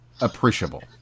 appreciable